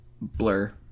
Blur